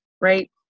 right